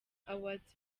awards